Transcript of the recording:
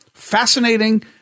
Fascinating